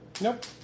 Nope